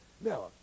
now